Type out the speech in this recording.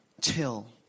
Till